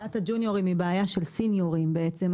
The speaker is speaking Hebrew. בעיית הג'וניורים היא בעיה של סניורים בעצם.